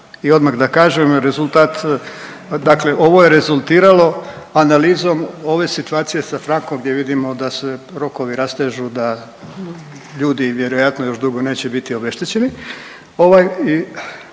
i odmah da kažem, rezultat, dakle ovo je rezultiralo analizom, ove situacije sa frankom gdje vidimo da se rokovi rastežu, da ljudi vjerojatno još dugo neće biti obeštećeni,